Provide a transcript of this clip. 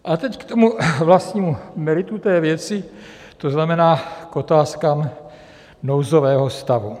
A teď k tomu vlastnímu meritu té věci, to znamená k otázkám nouzového stavu.